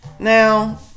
Now